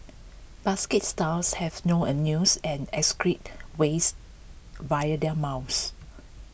basket stars have no anuses and excrete waste via their mouths